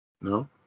No